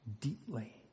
deeply